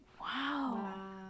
Wow